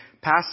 passed